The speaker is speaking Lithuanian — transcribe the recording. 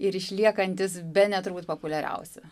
ir išliekantis bene turbūt populiariausiu